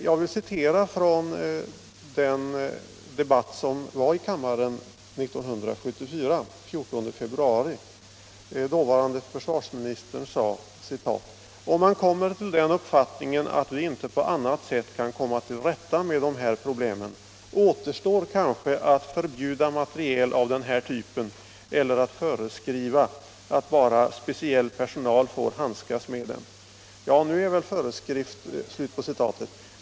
Jag vill citera vad dåvarande försvarsministern sade i debatten i kammaren den 14 februari 1974, nämligen att ”om man kommer till den uppfattningen att vi inte på annat sätt kan komma till rätta med de här problemen, återstår kanske att förbjuda materiel av den här typen försvåra åtkomsten eller att föreskriva att bara speciell personal får handskas med den”.